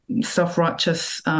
self-righteous